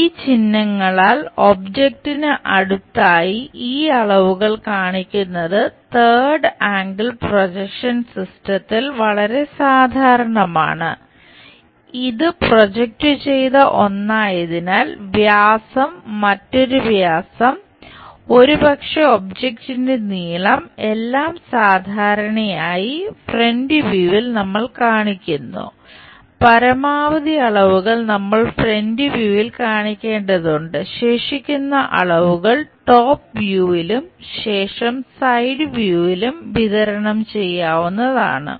ഈ ചിഹ്നങ്ങളാൽ ഒബ്ജക്റ്റിന് വിതരണം ചെയ്യാവുന്നതാണ്